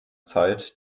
zeit